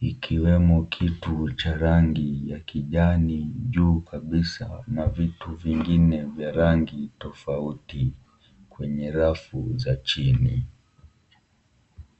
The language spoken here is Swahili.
ikiwemo kitu cha rangi ya kijani juu kabisa na vitu vingine vya rangi tofauti kwenye rafu za chini.